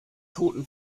toten